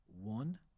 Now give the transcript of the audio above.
one